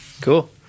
cool